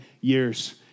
years